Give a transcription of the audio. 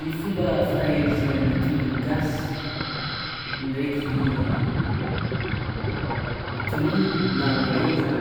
Ny fomba fitahirizagna ny tongolo gasy ndraiky tongolo na oignon zany